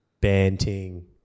banting